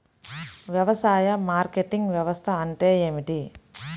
వ్యవసాయ మార్కెటింగ్ వ్యవస్థ అంటే ఏమిటి?